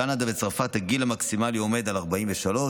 בקנדה וצרפת הגיל המקסימלי עומד על 43,